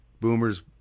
boomers